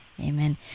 Amen